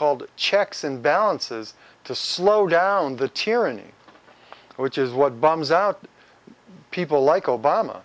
called checks and balances to slow down the tyranny which is what bums out people like obama